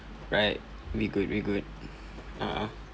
right we good we good a'ah